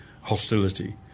hostility